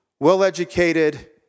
well-educated